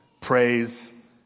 praise